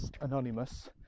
Anonymous